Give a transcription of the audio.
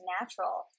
natural